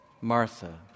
Martha